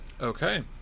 okay